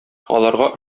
аларга